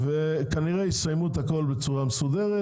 וכנראה יסיימו את הכל בצורה מסודרת,